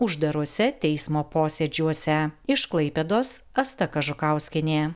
uždaruose teismo posėdžiuose iš klaipėdos asta kažukauskienė